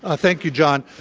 ah thank you, john.